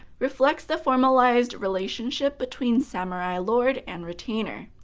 reflects the formalized relationship between samurai lord and retainer.